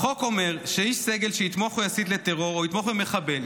החוק אומר שאיש סגל שיתמוך בטרור או יסית לטרור או יתמוך במחבל,